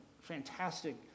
fantastic